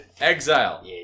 Exile